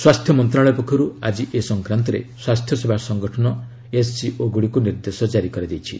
ସ୍ୱାସ୍ଥ୍ୟ ମନ୍ତ୍ରଶାଳୟ ପକ୍ଷରୁ ଆଜି ଏହି ସଂକ୍ରାନ୍ତରେ ସ୍ୱାସ୍ଥ୍ୟସେବା ସଂଗଠନ ଏଚ୍ସିଓ ଗୁଡ଼ିକୁ ନିର୍ଦ୍ଦେଶ କାରି କରାଯାଇଛି